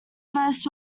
most